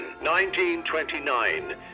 1929